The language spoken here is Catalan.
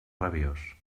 rabiós